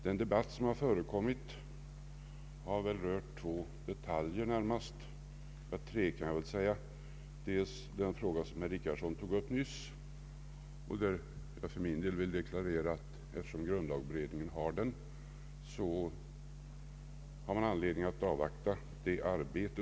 Den debatt som har förekommit har väl närmast rört tre detaljer. I den fråga som herr Richardson tog upp nyss vill jag för min del deklarera att eftersom grundlagberedningen tar frågan under övervägande så finns det anledning att avvakta dess arbete.